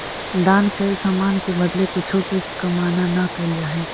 दान कैल समान के बदले कुछो के कामना न कैल जा हई